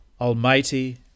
Almighty